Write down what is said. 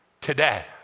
today